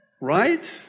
right